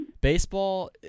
Baseball